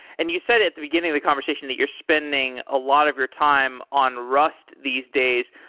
and you said at the beginning of the conversation that you're spending a lot of your time on rust these days.